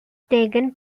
taken